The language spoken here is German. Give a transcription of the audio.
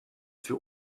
für